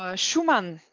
ah schumann.